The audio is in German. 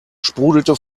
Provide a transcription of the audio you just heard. sprudelte